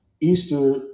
Easter